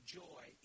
joy